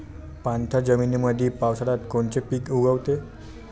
पाणथळ जमीनीमंदी पावसाळ्यात कोनचे पिक उगवते?